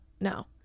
no